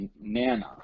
nana